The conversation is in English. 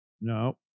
No